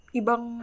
ibang